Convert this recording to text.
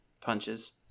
punches